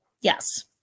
Yes